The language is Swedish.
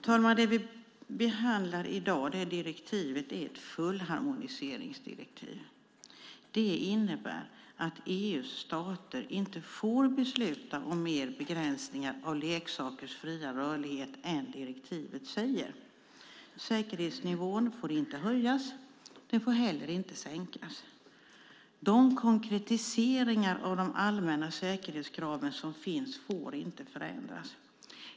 Fru talman! Det direktiv vi behandlar är ett fullharmoniseringsdirektiv. Det innebär att EU:s stater inte får besluta om mer begränsningar av leksakers fria rörlighet än direktivet säger. Säkerhetsnivån får inte höjas. Den får inte heller sänkas. De konkretiseringar av de allmänna säkerhetskrav som finns får inte förändras.